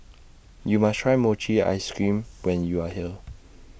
YOU must Try Mochi Ice Cream when YOU Are here